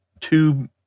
two